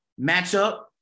matchup